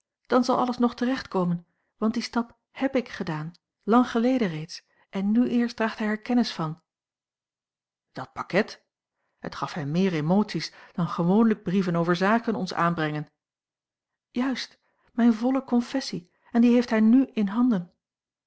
dan zal alles nog terecht komen want dien stap heb ik gedaan lang geleden reeds en nu eerst draagt hij er kennis van dat pakket het gaf hem meer emoties dan gewoonlijk brieven over zaken ons aanbrengen juist mijne volle confessie en die heeft hij n in handen